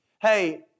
Hey